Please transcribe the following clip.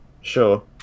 Sure